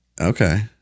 okay